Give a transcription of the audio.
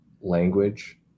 language